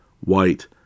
White